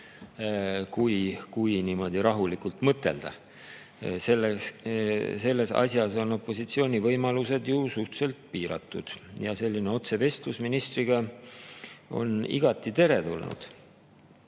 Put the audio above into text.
kui niimoodi rahulikult mõtelda. Selles asjas on opositsiooni võimalused suhteliselt piiratud ja selline otsevestlus ministriga on igati teretulnud. Jah,